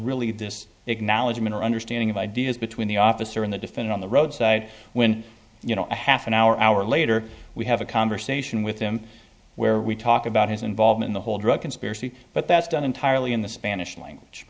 or understanding of ideas between the officer in the different on the roadside when you know a half an hour hour later we have a conversation with him where we talk about his involvement the whole drug conspiracy but that's done entirely in the spanish language